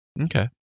Okay